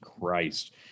Christ